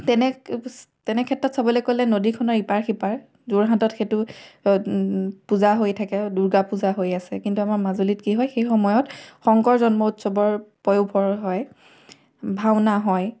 তেনে তেনে ক্ষেত্ৰত চাবলৈ গ'লে নদীখনৰ ইপাৰ সিপাৰ যোৰহাটত সেইটো পূজা হৈ থাকে দুৰ্গা পূজা হৈ আছে কিন্তু আমাৰ মাজুলীত কি হয় সেই সময়ত শংকৰ জন্ম উৎসৱৰ পয়োভৰ হয় ভাওনা হয়